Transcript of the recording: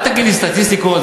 אל תגיד לי סטטיסטיקות,